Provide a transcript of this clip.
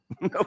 no